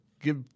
give